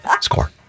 Score